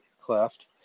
cleft